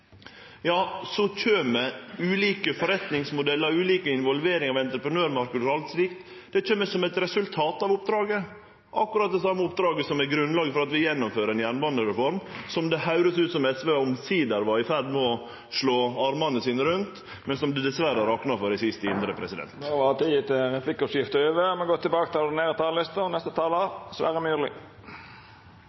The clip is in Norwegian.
alt slikt som eit resultat av oppdraget – akkurat det same oppdraget som er grunnlaget for at vi gjennomfører ei jernbanereform, som det høyrdest ut som om SV omsider var i ferd med å slå armane sine rundt, men det rakna dessverre i siste indre.